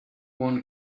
one